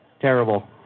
Terrible